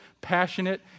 passionate